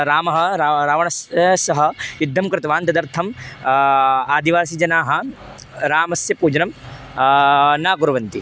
रामः रामः रावणस्य सह युद्धं कृतवान् तदर्थम् आदिवासीजनाः रामस्य पूजनं न कुर्वन्ति